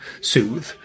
Soothe